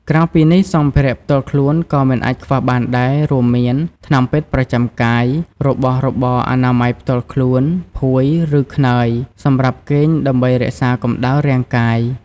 ក្រៅពីនេះ សម្ភារៈផ្ទាល់ខ្លួន ក៏មិនអាចខ្វះបានដែរ រួមមាន ថ្នាំពេទ្យប្រចាំកាយ របស់របរអនាម័យផ្ទាល់ខ្លួន ភួយ ឬ ក្នើយ សម្រាប់គេងដើម្បីរក្សាកម្ដៅរាងកាយ។